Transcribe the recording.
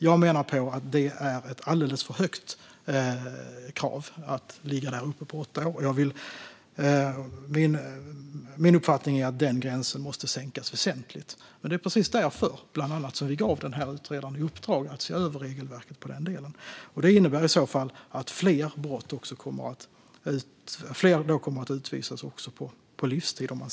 Jag menar att åtta år är ett alldeles för högt ställt krav. Min uppfattning är att den gränsen måste sänkas väsentligt, och det var bland annat därför som vi gav utredaren i uppdrag att se över regelverket i den delen. Om man sänker den gränsen väsentligt innebär det att fler kommer att utvisas på livstid.